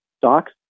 stocks